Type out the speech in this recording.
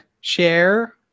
share